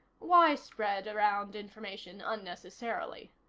why spread around information unnecessarily?